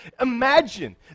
Imagine